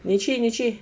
你去你去